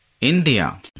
India